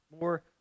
more